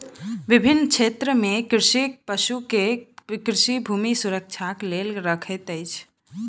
विभिन्न क्षेत्र में कृषक पशु के कृषि भूमि सुरक्षाक लेल रखैत अछि